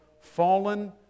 fallen